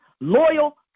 loyal